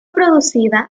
producida